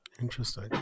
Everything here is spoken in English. Interesting